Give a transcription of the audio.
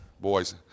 Boys